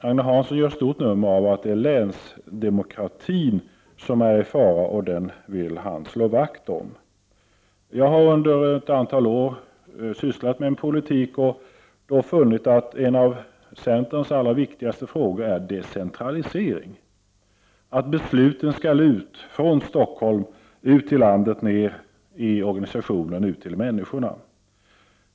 Agne Hansson gör ett stort nummer av att det är länsdemokratin som är i fara, och den vill han slå vakt om. Jag har under ett antal år sysslat med politik, och jag har då funnit att en av centerns allra viktigaste frågor är decentralisering, dvs. att besluten skall ut från Stockholm till övriga landet och ner i organisationerna till människorna.